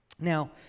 Now